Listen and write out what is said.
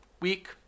week